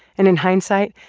and in hindsight,